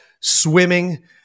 swimming